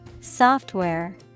Software